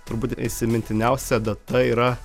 turbūt įsimintiniausia data yra